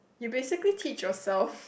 you basically teach yourself